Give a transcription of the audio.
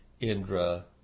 Indra